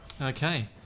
okay